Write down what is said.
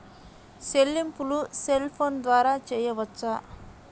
చెల్లింపులు cell phone ద్వారా చేయవచ్చా?